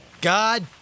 God